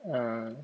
uh